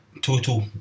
total